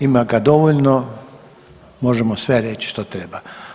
Ima ga dovoljno, možemo sve reći što treba.